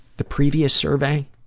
the previous survey,